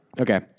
Okay